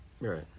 Right